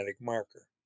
marker